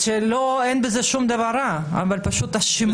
אין בזה שום דבר רע, אבל השימוש.